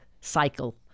cycle